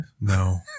No